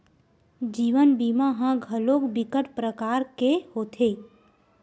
जीवन बीमा ह घलोक बिकट परकार के होथे